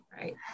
right